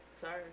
Sorry